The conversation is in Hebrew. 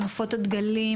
הנפות הדגלים,